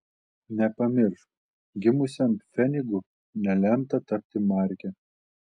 nepamiršk gimusiam pfenigu nelemta tapti marke